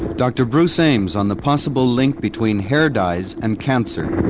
dr bruce ames on the possible link between hair dyes and cancer.